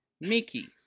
Mickey